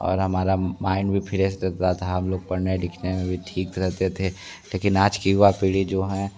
और हमारा माइंड भी फ्रेश रहेता था हम लोग पढ़ने लिखने में भी ठीक रहते थे लेकिन आज की युवा पीढ़ी जो है